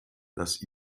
dass